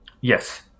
Yes